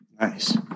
Nice